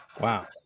Wow